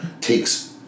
takes